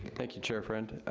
thank you, chair friend.